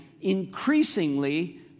increasingly